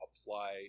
apply